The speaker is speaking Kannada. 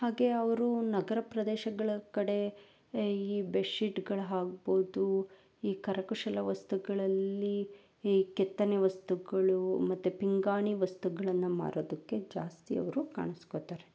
ಹಾಗೆ ಅವ್ರು ನಗರ ಪ್ರದೇಶಗಳ ಕಡೆ ಈ ಬೆಡ್ಶೀಟ್ಗಳು ಆಗ್ಬೋದು ಈ ಕರಕುಶಲ ವಸ್ತುಗಳಲ್ಲಿ ಈ ಕೆತ್ತನೆ ವಸ್ತುಗಳು ಮತ್ತು ಪಿಂಗಾಣಿ ವಸ್ತುಗಳನ್ನು ಮಾರೋದಕ್ಕೆ ಜಾಸ್ತಿ ಅವರು ಕಾಣಿಸ್ಕೋತಾರೆ